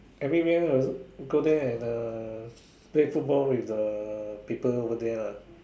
every where also go there and uh play football with the uh people over there lah